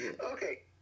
Okay